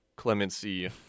Clemency